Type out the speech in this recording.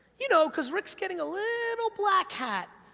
you know, cause rick's getting a little black hat,